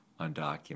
undocumented